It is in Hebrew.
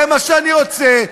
זה מה שאני רוצה.